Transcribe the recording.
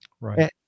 Right